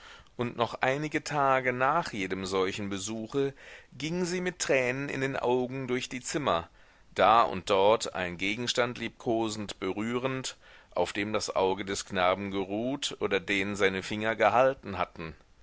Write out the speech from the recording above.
und noch einige tage nach jedem solchen besuche ging sie mit tränen in den augen durch die zimmer da und dort einen gegenstand liebkosend berührend auf dem das auge des knaben geruht oder den seine finger gehalten hatten